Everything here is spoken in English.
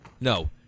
No